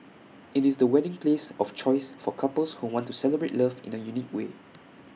IT is the wedding place of choice for couples who want to celebrate love in A unique way